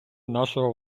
нашого